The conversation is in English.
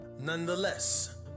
Nonetheless